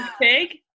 pig